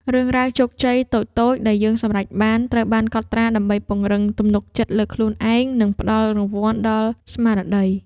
រឿងរ៉ាវជោគជ័យតូចៗដែលយើងសម្រេចបាន ត្រូវបានកត់ត្រាដើម្បីពង្រឹងទំនុកចិត្តលើខ្លួនឯង និងផ្ដល់រង្វាន់ដល់ស្មារតី។